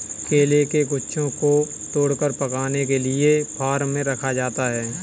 केले के गुच्छों को तोड़कर पकाने के लिए फार्म में रखा जाता है